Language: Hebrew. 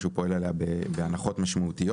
הקרקע שהוא פועל עליה בהנחות משמעותיות.